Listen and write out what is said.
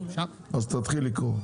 אז תתחיל לקרוא.